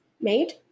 Made